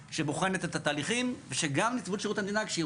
שבוחנת את התהליכים שגם נציבות שירות המדינה שהיא